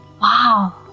wow